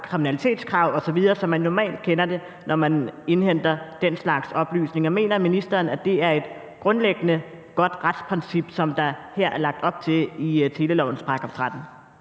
kriminalitetskrav osv. – som man normalt kender det, når man indhenter den slags oplysninger. Mener ministeren, at det er et grundlæggende godt retsprincip, der her er lagt op til i telelovens § 13? Kl.